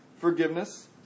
forgiveness